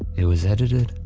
it was edited,